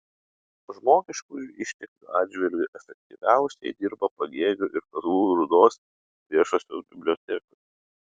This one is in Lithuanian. žmogiškųjų išteklių atžvilgiu efektyviausiai dirba pagėgių ir kazlų rūdos viešosios bibliotekos